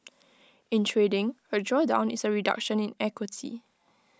in trading A drawdown is A reduction in equity